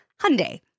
Hyundai